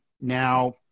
Now